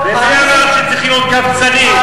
ומי אמר שהם צריכים להיות קבצנים?